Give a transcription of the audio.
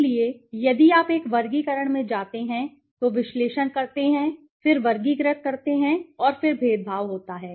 इसलिए यदि आप एक वर्गीकरण में जाते हैं तो विश्लेषण करते हैं फिर वर्गीकृत करते हैं और फिर भेदभाव होता है